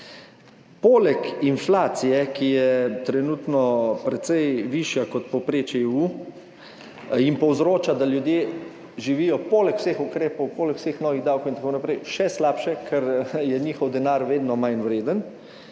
Poleg inflacije, ki je trenutno precej višja kot povprečje EU, jim povzroča, da ljudje živijo poleg vseh ukrepov, poleg vseh novih davkov in tako naprej še slabše, ker je njihov denar vedno manj vreden.